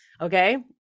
okay